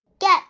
get